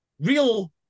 Real